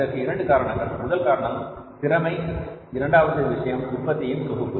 இதற்கு இரண்டு காரணங்கள் முதல் காரணம் திறமை இரண்டாவது விஷயம் உற்பத்தியின் தொகுப்பு